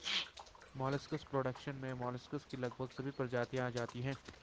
molluscs production में molluscs की लगभग सभी प्रजातियां आ जाती हैं